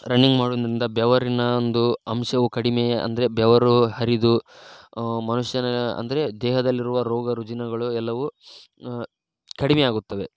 running ಮಾಡುನಿಂದ ಬೆವರಿನ ಒಂದು ಅಂಶವು ಕಡಿಮೆ ಅಂದರೆ ಬೆವರು ಹರಿದು ಮನುಷ್ಯನ ಅಂದರೆ ದೇಹದಲ್ಲಿರುವ ರೋಗ ರುಜಿನಗಳು ಎಲ್ಲವೂ ಕಡಿಮೆ ಆಗುತ್ತವೆ